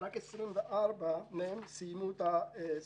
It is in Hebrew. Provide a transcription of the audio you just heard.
רק 24 מהם סיימו את התואר.